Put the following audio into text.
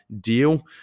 deal